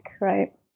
right